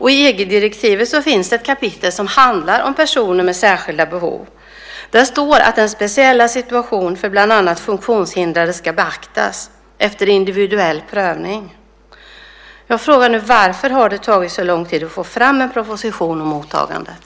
I EG-direktivet finns det ett kapitel som handlar om personer med särskilda behov. Där står att den speciella situationen för bland annat funktionshindrade ska beaktas efter individuell prövning. Jag frågar nu: Varför har det tagit så lång tid att få fram en proposition om mottagandet?